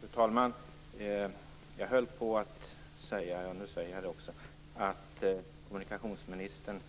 Fru talman! Jag höll på att säga - och nu säger jag det också - att kommunikationsministern